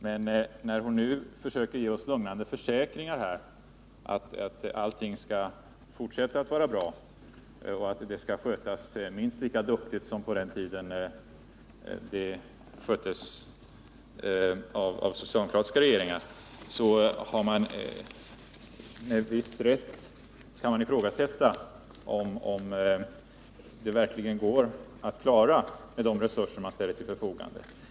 När nu Ingrid Sundberg försöker ge oss lugnande besked om att allting skall skötas minst lika bra och duktigt som under den socialdemokratiska regeringens tid, kan man med viss rätt ifrågasätta om det verkligen är möjligt med de resurser som ställs till förfogande.